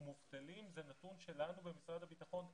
מובטלים, זה נתון שלנו במשרד הביטחון אין.